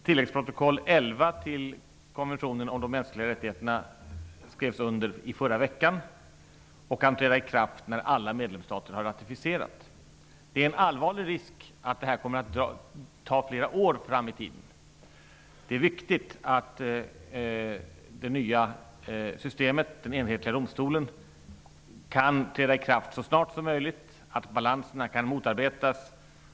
Tilläggsprotokoll 11 till konventionen om de mänskliga rättigheterna skrevs under förra veckan och kan träda i kraft när alla medlemsstater har ratificerat. Det finns en allvarlig risk att detta kan komma att ta flera år. Det är viktigt att det nya systemet kan träda i kraft så snart som möjligt, att balanserna kan motarbetas.